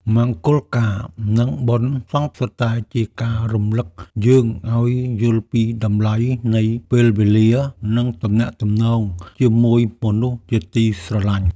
មង្គលការ និងបុណ្យសពសុទ្ធតែជាការរំលឹកយើងឱ្យយល់ពីតម្លៃនៃពេលវេលា និងទំនាក់ទំនងជាមួយមនុស្សជាទីស្រឡាញ់។